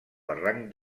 barranc